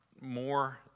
more